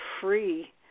free